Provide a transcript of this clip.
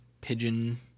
pigeon